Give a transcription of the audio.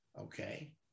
okay